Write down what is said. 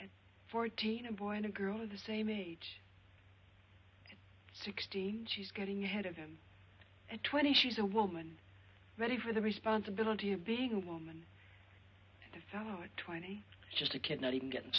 you fourteen a boy and a girl of the same age sixteen she's getting ahead of him at twenty she's a woman ready for the responsibility of being a woman and a fellow a twenty just a kid not even getting